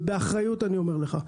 ואני אומר לך,